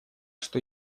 что